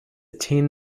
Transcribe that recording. tin